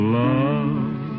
love